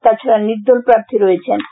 তাছাড়া নির্দল প্রার্থী রয়েছেন একজন